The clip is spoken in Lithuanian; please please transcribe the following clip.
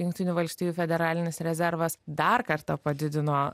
jungtinių valstijų federalinis rezervas dar kartą padidino